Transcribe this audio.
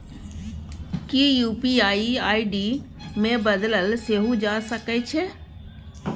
कि UPI ID केँ बदलल सेहो जा सकैत छै?